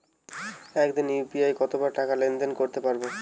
একদিনে ইউ.পি.আই কতবার টাকা লেনদেন করতে পারব?